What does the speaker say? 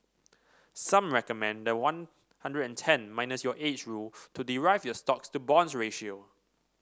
some recommend the one hundred and ten minus your age rule to derive your stocks to bonds ratio